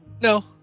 No